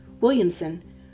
Williamson